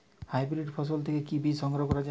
Hybrid ফসল থেকে কি বীজ সংগ্রহ করা য়ায়?